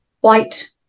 White